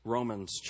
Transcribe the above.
Romans